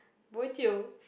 bo jio